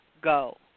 go